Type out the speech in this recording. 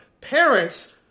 Parents